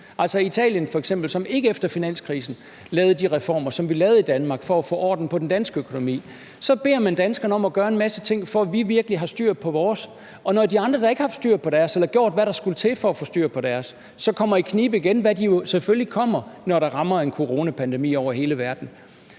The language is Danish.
f.eks. Italien, som ikke efter finanskrisen lavede de reformer, som vi lavede i Danmark for at få orden på den danske økonomi? Så beder man danskerne om at gøre en masse ting, for at vi virkelig har styr på vores, og når de andre, der ikke har haft styr på deres eller gjort, hvad der skulle til, for at få styr på deres, så kommer i knibe igen – hvad de jo selvfølgelig kommer, når der rammer en coronapandemi over hele verden